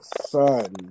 son